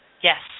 yes